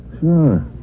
Sure